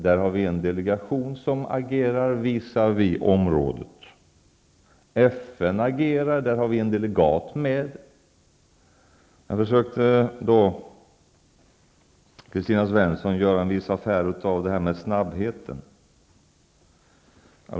Där har vi en delegation som medverkar visavi området. FN agerar, och där har vi en delegat med. Där försökte Kristina Svensson göra en viss affär av snabbheten.